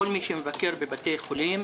כל מי שמבקר בבתי חולים,